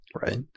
Right